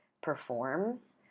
performs